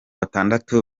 batandatu